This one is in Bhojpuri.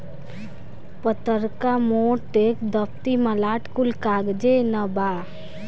पतर्का, मोट, दफ्ती, मलाट कुल कागजे नअ बाअ